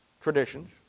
traditions